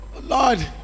Lord